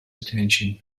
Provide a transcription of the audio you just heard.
attention